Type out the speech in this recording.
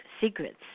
secrets